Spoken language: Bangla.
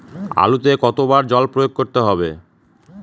আলুতে কতো বার জল প্রয়োগ করতে হবে?